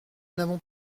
n’avons